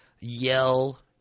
yell